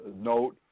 note